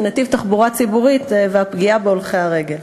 נתיב תחבורה ציבורית והפגיעה בהולכי הרגל.